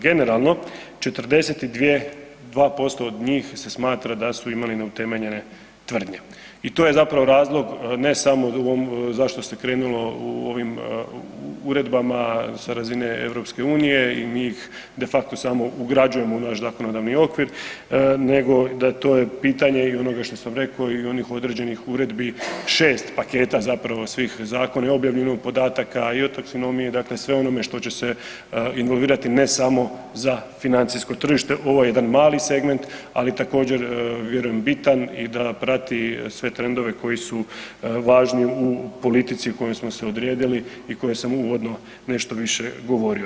Generalno, 42% od njih se smatra da su imali neutemeljene tvrdnje i to je zapravo razlog ne samo u ovom zašto se krenulo u ovim uredbama sa razine EU-a i njih de facto samo ugrađujemo u naš zakonodavni okvir nego da to je pitanje i onoga što sam rekao i onih određenih uredbi, 6 paketa zapravo svih zakona i objavljenih podataka i o taksonomiji, dakle sve onome što će se involvirati ne samo za financijsko tržište, ovo je jedan mali segment ali je također vjerujem bitan i da prati sve trendove koji su važni u politici kojom smo se odredili i koje sam uvodno nešto više govorio.